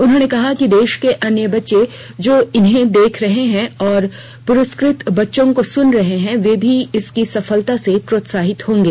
उन्होंने कहा कि देश के अन्य बच्चे जो इन्हें देख रहे हैं और पुरस्क त बच्चों को सुन रहें वे भी इनकी सफलता से प्रोत्साहित होंगे